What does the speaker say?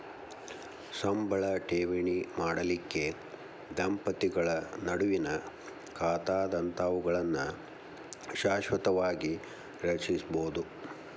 ಸಂಬಳ ಠೇವಣಿ ಮಾಡಲಿಕ್ಕೆ ದಂಪತಿಗಳ ನಡುವಿನ್ ಖಾತಾದಂತಾವುಗಳನ್ನ ಶಾಶ್ವತವಾಗಿ ರಚಿಸ್ಬೋದು